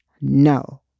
no